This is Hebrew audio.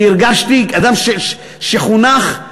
אני הרגשתי, אדם שחונך,